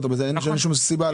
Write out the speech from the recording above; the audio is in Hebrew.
אין שום סיבה --- נכון.